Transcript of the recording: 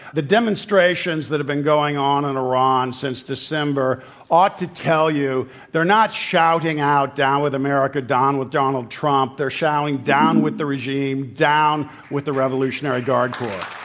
the demonstrations that have been going on in iran since december ought to tell you they're not shouting out, down with america. down with donald trump. they're shouting, down with the regime. down with the revolutionary guard corps.